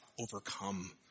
overcome